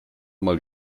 mal